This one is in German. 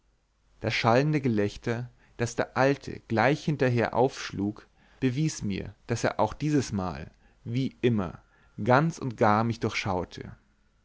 das schallende gelächter das der alte gleich hinterher aufschlug bewies mir daß er auch dieses mal wie immer ganz und gar mich